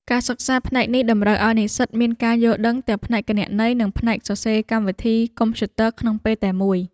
ការសិក្សាផ្នែកនេះតម្រូវឱ្យនិស្សិតមានការយល់ដឹងទាំងផ្នែកគណនេយ្យ និងផ្នែកសរសេរកម្មវិធីកុំព្យូទ័រក្នុងពេលតែមួយ។